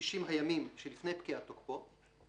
60 הימים שלפני פקעת תוקפו".